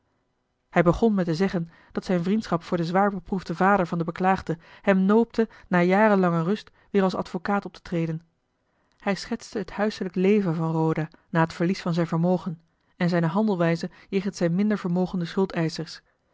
hij begon met te zeggen dat zijne vriendschap voor den zwaar beproefden vader van den beklaagde hem noopte na jarenlange rust weer als advocaat op te treden hij schetste het huiselijk leven van roda na het verlies van zijn vermogen en zijne handelwijze jegens zijne minder vermogende schuldeischers